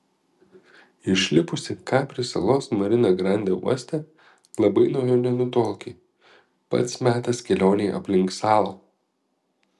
išlipusi kapri salos marina grande uoste labai nuo jo nenutolki pats metas kelionei aplink salą